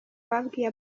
babwiye